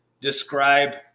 describe